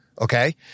Okay